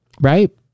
Right